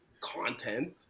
content